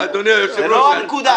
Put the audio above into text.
זו לא הנקודה.